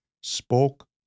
spoke